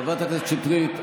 חברת הכנסת שטרית,